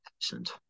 absent